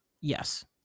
Yes